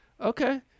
okay